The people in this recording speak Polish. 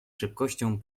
szybkością